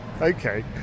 Okay